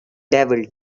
devil